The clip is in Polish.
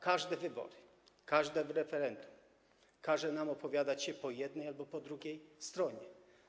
Każde wybory i każde referendum każą nam opowiadać się po jednej albo po drugiej stronie.